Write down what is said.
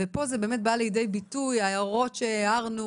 ופה זה באמת בא לידי ביטוי ההערות שהערנו,